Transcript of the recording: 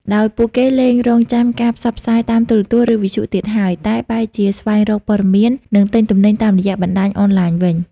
ដោយពួកគេលែងរង់ចាំការផ្សព្វផ្សាយតាមទូរទស្សន៍ ឬវិទ្យុទៀតហើយ តែបែរជាស្វែងរកព័ត៌មាន និងទិញទំនិញតាមរយៈបណ្ដាញអនឡាញវិញ។